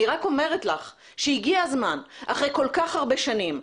אני רק אומרת לך שהגיע הזמן אחרי כל כך הרבה שנים,